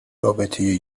رابطه